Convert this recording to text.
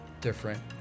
different